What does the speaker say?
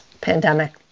pandemic